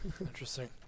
Interesting